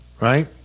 right